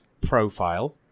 profile